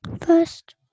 First